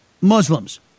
Muslims